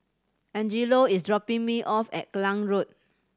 Angelo is dropping me off at Klang Road